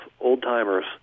old-timers